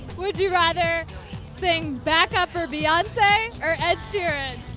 would you rather sing back up for beyonce or ed sheeran?